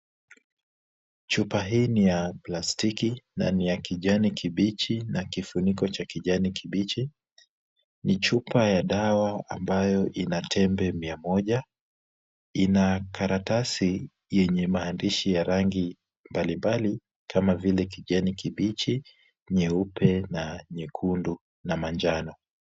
Chupa hii ni ya plastiki na niya kijani kibichi, ina kifuniko cha kijani kibichi. Ni chupa ya dawa ambayo ina tembe mia moja. Ina karatasi yenye maandishi ya rangi mbalimbali kama vile, kijani kibichi, nyeupe na nyekundu na manjano.